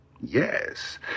yes